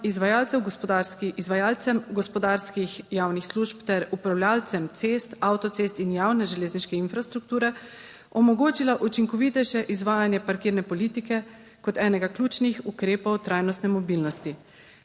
izvajalcem gospodarskih javnih služb ter upravljavcem cest, avtocest in javne 29. TRAK: (TB) - 11.20 (nadaljevanje) železniške infrastrukture, omogočila učinkovitejše izvajanje parkirne politike, kot enega ključnih ukrepov trajnostne mobilnosti.